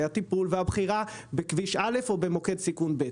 הטיפול והבחירה בכביש א' או במוקד סיכון ב'.